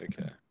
okay